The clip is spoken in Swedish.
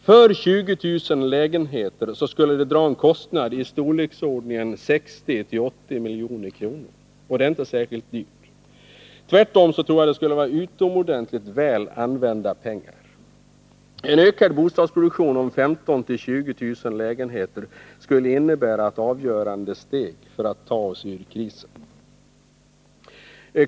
För 20 000 lägenheter skulle kostnaden bli i storleksordningen 60-80 milj.kr., och det är inte särskilt dyrt. Jag tror tvärtom att det skulle vara utomordentligt väl använda pengar. En ökning i bostadsproduktionen med 15 000-20 000 lägenheter skulle innebära att vi tar ett avgörande steg ur krisen.